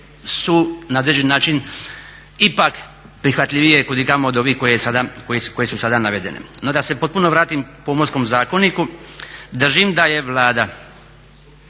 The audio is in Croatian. su na određeni način ipak prihvatljivije kud i kamo od ovih koje su sada navedene. No, da se potpuno vratim Pomorskom zakoniku držim da je Vlada